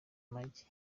amagi